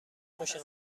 خوشم